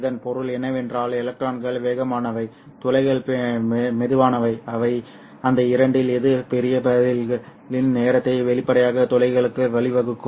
இதன் பொருள் என்னவென்றால் எலக்ட்ரான்கள் வேகமானவை துளைகள் மெதுவானவை அந்த இரண்டில் எது பெரிய பதில்களின் நேரத்தை வெளிப்படையாக துளைகளுக்கு வழிவகுக்கும்